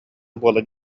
буолан